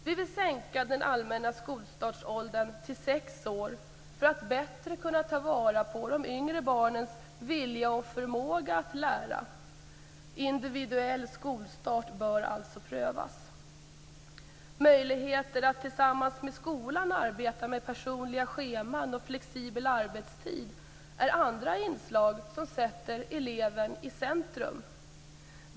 Vi vill sänka den allmänna skolstartsåldern till sex år för att bättre kunna ta vara på de yngre barnens vilja och förmåga att lära. Individuell skolstart bör alltså prövas. Möjligheter att tillsammans med skolan arbeta med personliga scheman och flexibel arbetstid är andra inslag som sätter eleven i centrum.